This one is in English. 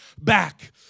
back